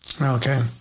Okay